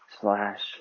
slash